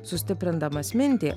sustiprindamas mintį